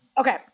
Okay